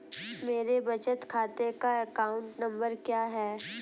मेरे बचत खाते का अकाउंट नंबर क्या है?